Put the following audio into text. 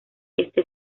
este